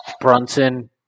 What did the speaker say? Brunson